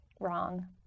wrong